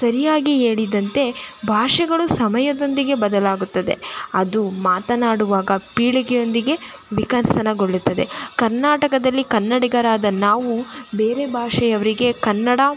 ಸರಿಯಾಗಿ ಹೇಳಿದಂತೆ ಭಾಷೆಗಳು ಸಮಯದೊಂದಿಗೆ ಬದಲಾಗುತ್ತದೆ ಅದು ಮಾತನಾಡುವಾಗ ಪೀಳಿಗೆಯೊಂದಿಗೆ ವಿಕಸನಗೊಳ್ಳುತ್ತದೆ ಕರ್ನಾಟಕದಲ್ಲಿ ಕನ್ನಡಿಗರಾದ ನಾವು ಬೇರೆ ಭಾಷೆಯವರಿಗೆ ಕನ್ನಡ